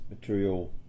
material